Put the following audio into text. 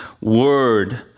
word